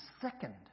second